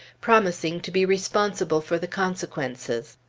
promising to be responsible for the consequences.